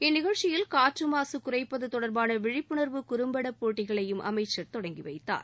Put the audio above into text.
இந்நிகழ்ச்சியில் காற்று மாசு குறைப்பது தொடர்பான விழிப்புணர்வு குறும்பட போட்டியையும் அமைச்சர் தொடங்கி வைத்தார்